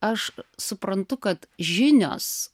aš suprantu kad žinios